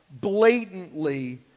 blatantly